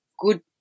good